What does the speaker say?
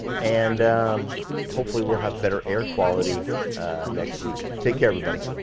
and hopefully we'll have better air quality next week. take care, everybody